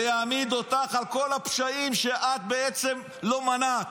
ויעמיד אותך על כל הפשעים שאת בעצם לא מנעת.